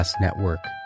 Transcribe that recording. network